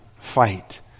fight